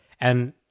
And-